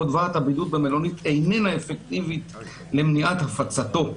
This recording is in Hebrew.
חובת הבידוד במלונית איננה אפקטיבית למניעת הפצתו.